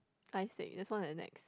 iSteak there's one at Nex